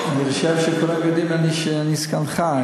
אני חושב שכולם יודעים שאני סגנך.